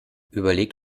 überlegt